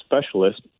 specialist